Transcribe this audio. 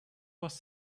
was